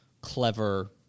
clever